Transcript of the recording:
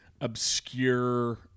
obscure